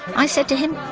i said to him,